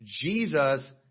Jesus